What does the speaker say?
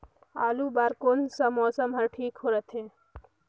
आलू बार कौन सा मौसम ह ठीक रथे?